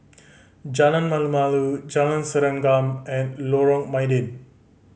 Jalan Malu Malu Jalan Serengam and Lorong Mydin